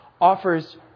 offers